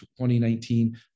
2019